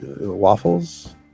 Waffles